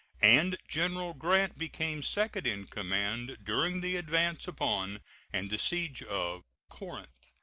and general grant became second in command during the advance upon and the siege of corinth.